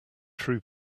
true